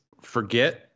forget